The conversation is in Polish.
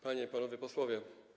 Panie i Panowie Posłowie!